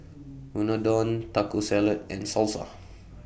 Unadon Taco Salad and Salsa